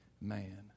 man